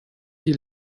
die